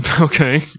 Okay